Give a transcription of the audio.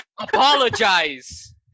Apologize